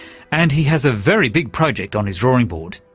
and he has a very big project on his drawing board.